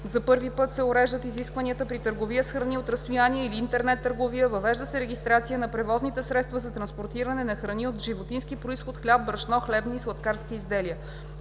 За първи път се уреждат изисквания при търговия с храни от разстояние или интернет търговията; въвежда се регистрация на превозните средства за транспортиране на храни от животински произход, хляб, брашно, хлебни и сладкарски изделия.